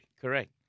Correct